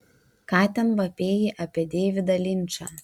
ką ten vapėjai apie deividą linčą